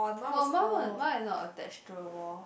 no my one mine is not attached to the wall